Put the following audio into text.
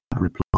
reply